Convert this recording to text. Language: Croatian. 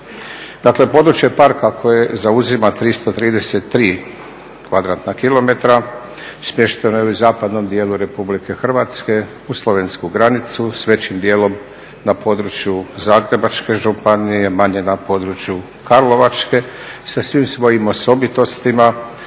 Dakle, područje parka koje zauzima 333 kvadratna kilometra smješteno je u zapadnom dijelu RH, uz slovensku granicu s većim dijelom na području Zagrebačke županije, manje na području Karlovačke, sa svim svojim osobitostima,